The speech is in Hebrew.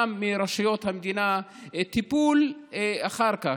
מרשויות המדינה טיפול אחר כך,